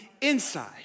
inside